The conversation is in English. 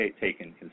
taken